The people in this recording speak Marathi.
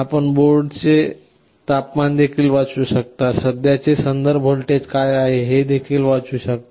आपण बोर्डाचे तपमान देखील वाचू शकता आणि सध्याचे संदर्भ व्होल्टेज काय आहे हे देखील आपण वाचू शकता